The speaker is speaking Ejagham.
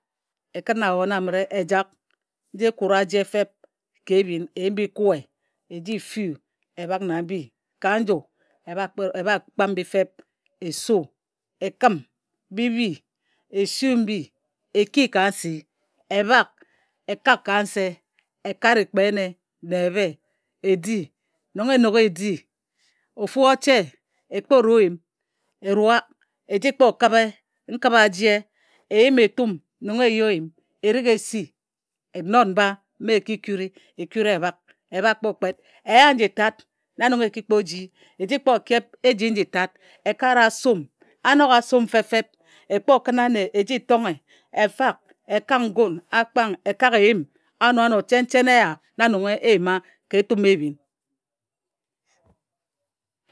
E kǝn abhon amǝre e jak nji e kut aje fep ka ebhi eyim bi kue e ji fuu e bhak na mbi ka njue bha kpam mbi fep e su e kǝm bi bhi e sui mbi e ki ka nsi e bhak e kak ka nse e kare kpe ene na ebhe e di nong e e noghe e di ofu o che e kpo rui nyim e rua e ji kpo kǝbhe nkǝp a aje e yim etum nong e yi oyim erik e si e not mba mba mma e ki kuri e kura e bhak e bha kpo kpet. E ya nji tat na nong e ki kpo ji e ji kpo kep eji nji tat e kare a sum a nok a sum fep fep e kpo kǝn ane eji tonghe e pak e kak ngun a kpang e kak eyim ano ano chen chen eya na nong e yima ka etum ebhin.